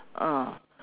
ah